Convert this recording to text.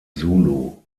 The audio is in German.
zulu